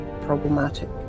problematic